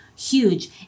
huge